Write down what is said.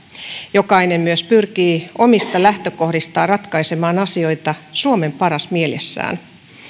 jokainen myös pyrkii omista lähtökohdistaan ratkaisemaan asioita suomen paras mielessään